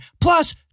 plus